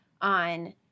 on